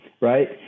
right